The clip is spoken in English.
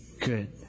good